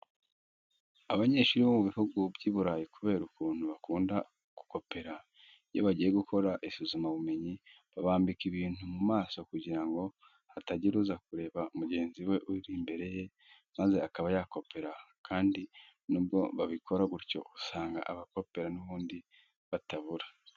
Abanyeshuri bo mu bihugu by'Iburayi kubera ukuntu bakunda gukopera, iyo bagiye gukora isuzumabumenyi babambika ibintu mu maso kugira ngo hatagira uza kureba mugenzi we uri imbere ye maze akaba yakopera kandi nubwo babikora gutyo usanga abakopera n'ubundi batabura.